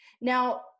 now